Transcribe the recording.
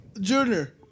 Junior